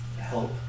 help